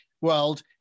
world